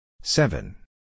Seven